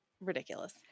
ridiculous